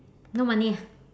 no money ah